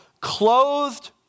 clothed